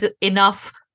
enough